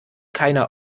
keiner